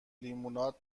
لیموناد